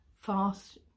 fast